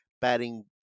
batting